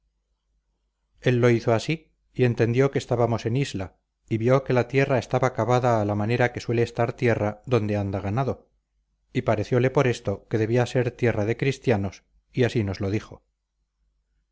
él lo hizo así y entendió que estábamos en isla y vio que la tierra estaba cavada a la manera que suele estar tierra donde anda ganado y parecióle por esto que debía ser tierra de cristianos y así nos lo dijo